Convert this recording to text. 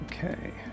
Okay